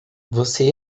você